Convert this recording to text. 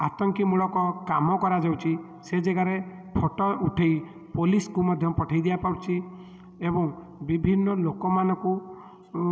ଆତଙ୍କି ମୂଳକ କାମ କରାଯାଉଛି ସେ ଜାଗାରେ ଫଟୋ ଉଠେଇ ପୋଲିସ୍କୁ ମଧ୍ୟ ପଠେଇ ଦିଆପାରୁଛି ଏବଂ ବିଭିନ୍ନ ଲୋକମାନଙ୍କୁ